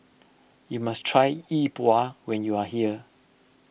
you must try Yi Bua when you are here